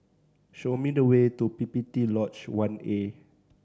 show me the way to P P T Lodge One A